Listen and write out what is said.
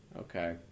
Okay